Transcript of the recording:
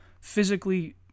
physically